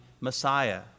Messiah